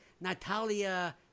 Natalia